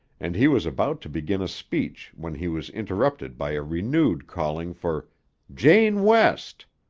and he was about to begin a speech when he was interrupted by a renewed calling for jane west!